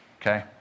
okay